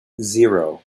zero